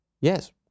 Yes